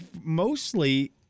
mostly